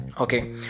Okay